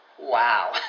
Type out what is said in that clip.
wow